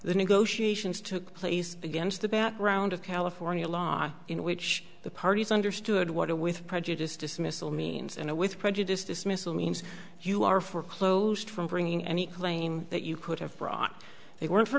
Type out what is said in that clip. the negotiations took place against the background of california law in which the parties understood what a with prejudice dismissal means and a with prejudice dismissal means you are for closed from bringing any claim that you could have brought they were in for